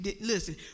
listen